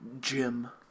Jim